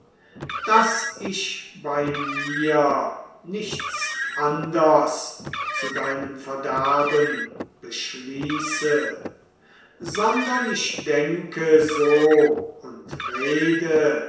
daß ich bei mir nichts anders zu deinem verderben beschließe sondern ich denke so und rede